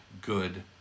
good